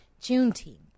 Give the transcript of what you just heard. Juneteenth